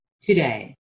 today